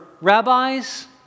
rabbis